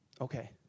okay